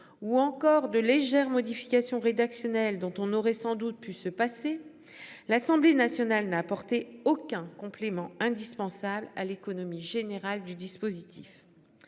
ou encore de légères modifications rédactionnelles dont on aurait sans doute pu se passer. L'Assemblée nationale n'a apporté aucun complément indispensable à l'économie générale du dispositif.